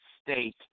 state